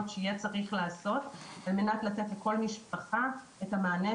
שיהיה צריך לעשות על מנת לתת לכל משפחה את המענה